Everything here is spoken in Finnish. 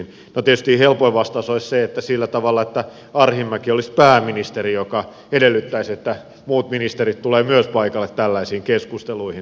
no tietysti helpoin vastaus olisi se että sillä tavalla että arhinmäki olisi pääministeri joka edellyttäisi että myös muut ministerit tulevat paikalle tällaisiin keskusteluihin